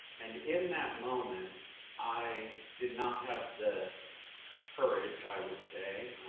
and in that moment, i did not have the courage, i would say,